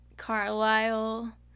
carlisle